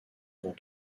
grand